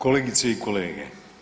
Kolegice i kolege.